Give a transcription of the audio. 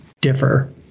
differ